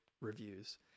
reviews